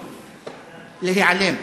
להיעלם.